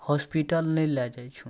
hospital नहि लए जाइ छौं